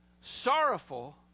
sorrowful